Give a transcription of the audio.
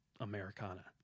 Americana